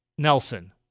Nelson